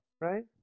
right